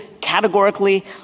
categorically